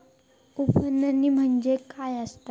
उफणणी म्हणजे काय असतां?